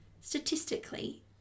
statistically